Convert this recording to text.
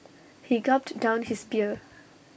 he gulped down his beer